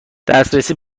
دسترسی